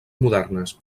modernes